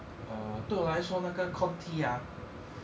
err 对我来说那个 corn tea ah